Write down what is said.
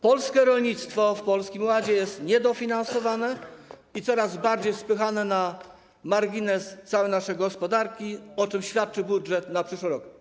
Polskie rolnictwo w Polskim Ładzie jest niedofinansowane i coraz bardziej spychane na margines całej naszej gospodarki, o czym świadczy budżet na przyszły rok.